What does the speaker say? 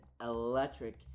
electric